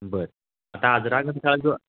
बरं आता आजरा घनसाळ जो